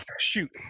Shoot